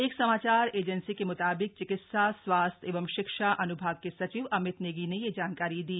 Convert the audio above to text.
एक समाचार एजेंसी के मुताबिक चिकित्सा स्वास्थ्य एवं शिक्षा अन्भाग के सचिव अमित नेगी ने यह जानकारी दी